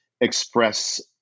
express